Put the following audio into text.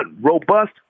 robust